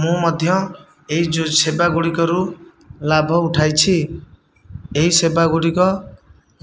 ମୁଁ ମଧ୍ୟ ଏହି ସେବାଗୁଡ଼ିକରୁ ଲାଭ ଉଠାଇଛି ଏହି ସେବାଗୁଡ଼ିକ